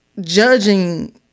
judging